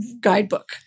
guidebook